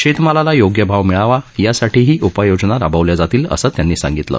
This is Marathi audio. शेतमालाला योग्य भाव मिळवा यासाठीही उपाययोजना राबवल्या जातील असं त्यांनी सांगितलं